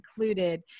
included